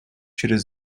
через